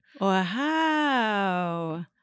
Wow